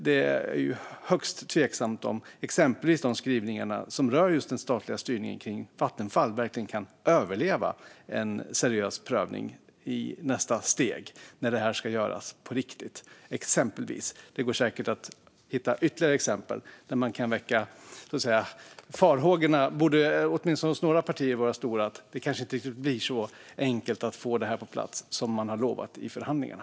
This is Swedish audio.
Det är högst tveksamt om exempelvis de skrivningar som rör den statliga styrningen av Vattenfall verkligen kan överleva en seriös prövning i nästa steg, när det ska göras på riktigt. Det går säkert att hitta ytterligare exempel. Farhågorna borde, åtminstone hos några partier, vara stora när det gäller att det kanske inte blir så enkelt att få det hela på plats som man har lovat i förhandlingarna.